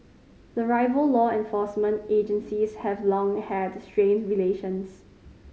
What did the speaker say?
the rival law enforcement agencies have long had strained relations